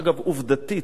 אגב, עובדתית,